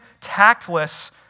tactless